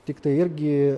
tiktai irgi